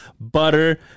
butter